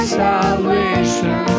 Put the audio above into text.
salvation